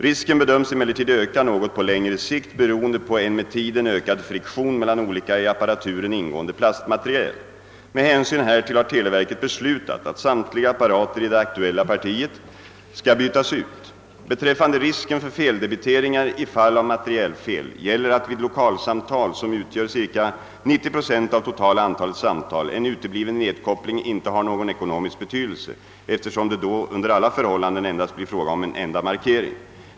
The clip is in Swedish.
Risken bedöms emellertid öka något på längre sikt beroende på en med tiden ökad friktion mellan olika i apparaturen ingående plastmateriel. Med hänsyn härtill har televerket beslutat, att samtliga apparater i det aktuella partiet skall bytas ut. Beträffande risken för feldebiteringar i fall av materielfel gäller att vid lokalsamtal — som utgör cirka 90 9 av totala antalet samtal — en utebliven nedkoppling inte har någon ekonomisk betydelse, eftersom det då under alla förhållanden endast blir fråga om en enda markering.